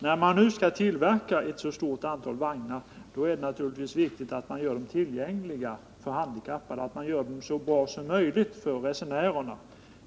När man nu skall tillverka ett så stort antal vagnar är det naturligtvis viktigt att man gör dem tillgängliga för handikappade och i övrigt gör dem så bra som möjligt för andra resenärer.